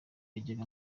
yajyaga